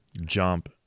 jump